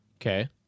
Okay